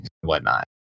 whatnot